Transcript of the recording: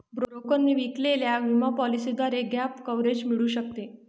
ब्रोकरने विकलेल्या विमा पॉलिसीद्वारे गॅप कव्हरेज मिळू शकते